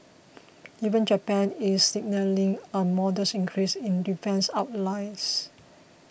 even Japan is signalling a modest increase in defence outlays